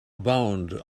bound